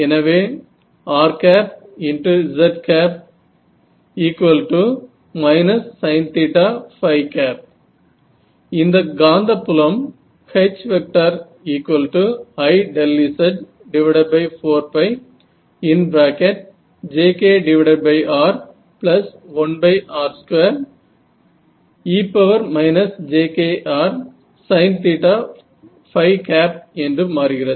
எனவே rz sin இந்த காந்தப் புலம் HIz4jkr1r2e jkrsin என்று மாறுகிறது